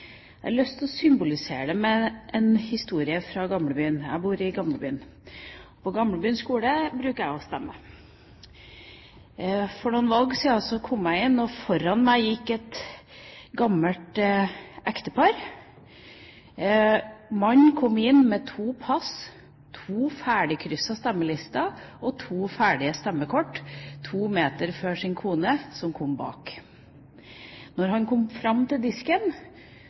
Jeg har lyst til å symbolisere det med en historie fra Gamlebyen – jeg bor i Gamlebyen. På Gamlebyen skole bruker jeg å stemme. For noen valg siden kom jeg inn, og foran meg gikk et gammelt ektepar. Mannen kom inn med to pass, to ferdigkryssede stemmelister og to ferdige stemmekort, to meter før sin kone som kom bak. Da han kom fram til disken,